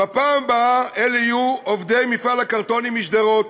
בפעם הבאה אלה יהיו עובדי מפעל הקרטונים משדרות,